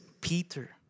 Peter